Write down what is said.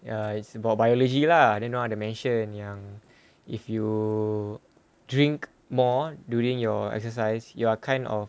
ya it's about biology larh and then oh ada mention yang if you drink more during your exercise you are kind of